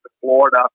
Florida